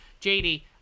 JD